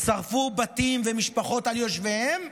שרפו משפחות ובתים על יושביהם.